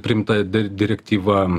priimta direktyva